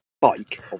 bike